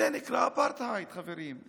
זה נקרא אפרטהייד, חברים.